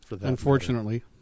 Unfortunately